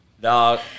dog